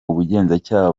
ubugenzacyaha